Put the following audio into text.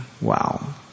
Wow